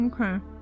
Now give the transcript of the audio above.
Okay